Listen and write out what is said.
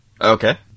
Okay